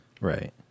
right